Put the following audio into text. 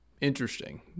Interesting